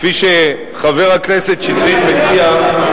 כפי שחבר הכנסת שטרית מציע,